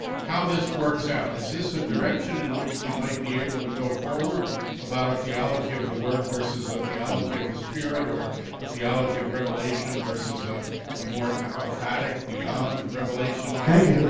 how this works out is this a direction in which we might be able to go forward about a theology of the word versus a theology of the spirit, or a theology of revelation versus a a more apophatic beyond revelation idea? thank you,